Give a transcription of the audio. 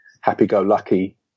happy-go-lucky